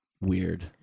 weird